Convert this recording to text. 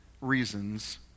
reasons